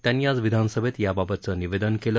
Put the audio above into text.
त्यांनी आज विधानसभेत याबाबतचं निवेदन केलं